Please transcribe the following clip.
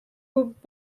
күп